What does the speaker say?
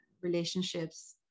relationships